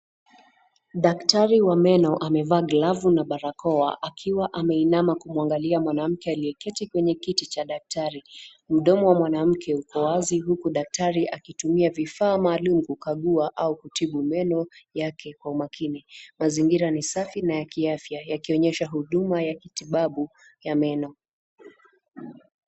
Daktari wa meno amevaa glavu na barakoa akiwa ameinama kumwangalia mwanamke aliyeketi kwenye kiti cha daktari, mdomo wa mwanamke uko wazi huku daktari akitumia vifaa maalum kukagua au kutibu meno yake kwa umakini, mazingira ni safi na ya kiafya yakionyesha huduma ya kitibabu ya meno.